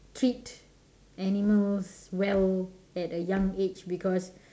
treat animals well at a young age because